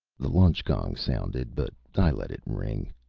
the lunch gong sounded, but i let it ring.